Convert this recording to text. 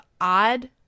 odd